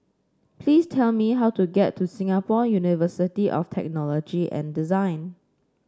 please tell me how to get to Singapore University of Technology and Design